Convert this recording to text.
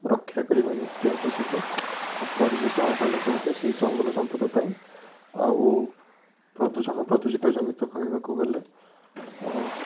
ରକ୍ଷା କରିବା ନିହାତି ଆବଶ୍ୟକ ଓ ପରିବେଶ ଆହ୍ୱାନ କହିଲେ ସେଇ ଜଙ୍ଗଲ ସମ୍ପଦ ପାଇଁ ଆଉ ପ୍ରଦୂଷଣ ପ୍ରଦୂଷିତ ଜନିତ କହିବାକୁ ଗଲେ ଆଁ